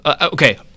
Okay